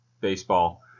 baseball